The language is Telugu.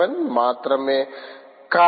39 × 10−7 మాత్రమే